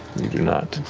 you do not.